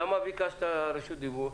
אז למה ביקשת רשות דיבור?